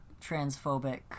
transphobic